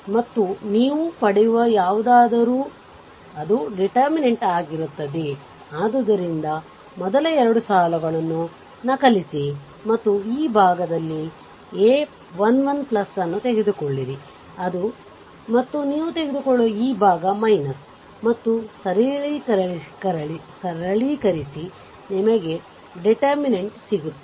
ಮತ್ತು ನೀವು ಪಡೆಯುವ ಯಾವುದಾದರೂ ಅದು ಡಿಟರ್ಮಿನೆಂಟ್ ಆಗಿರುತ್ತದೆ ಆದ್ದರಿಂದ ಮೊದಲ 2 ಸಾಲುಗಳನ್ನು ನಕಲಿಸಿ ಮತ್ತು ಈ ಭಾಗದಲ್ಲಿ ನೀವು a 1 1 ಅನ್ನು ತೆಗೆದುಕೊಳ್ಳುತ್ತೀರಿ ಅದು ಇದು ಮತ್ತು ನೀವು ತೆಗೆದುಕೊಳ್ಳುವ ಈ ಭಾಗ ಮತ್ತು ಸರಳೀಕರಿಸಿ ನಿಮಗೆ ಡಿಟರ್ಮಿನೆಂಟ್ ಸಿಗುತ್ತದೆ